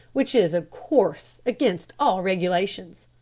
which is, of course, against all regulations.